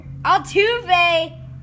Altuve